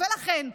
ולכן,